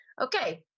Okay